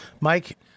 Mike